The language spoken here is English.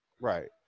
Right